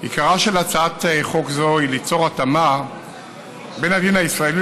עיקרה של הצעת חוק זו הוא ליצור התאמה בין הדין הישראלי